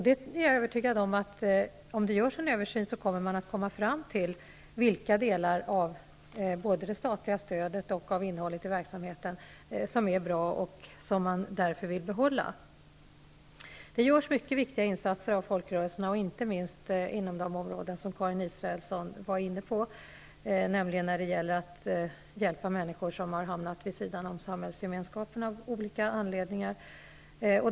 Jag är övertygad om, att om det görs en översyn kommer man att komma fram till vilka delar av både det statliga stödet och innehållet i verksamheten som är bra och som man därför vill behålla. Det görs många viktiga insatser av folkrörelserna, inte minst inom de områden som Karin Israelsson var inne på, nämligen när det gäller att hjälpa människor som har hamnat vid sidan av samhällsgemenskapen av olika anledningar.